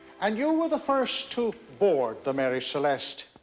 and you were the first to board the mary celeste.